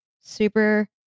super